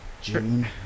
June